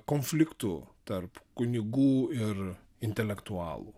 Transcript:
konfliktų tarp kunigų ir intelektualų